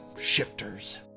Shifters